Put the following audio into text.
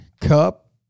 cup